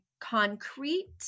concrete